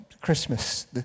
Christmas